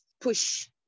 push